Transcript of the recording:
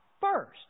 first